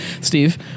Steve